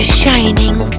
shining